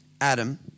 Adam